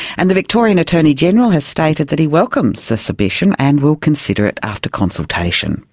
and the victorian attorney general has stated that he welcomes the submission and will consider it after consultation